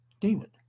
David